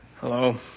Hello